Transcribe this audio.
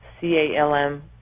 C-A-L-M